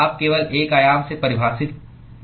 आप केवल एक आयाम से परिभाषित नहीं कर सकते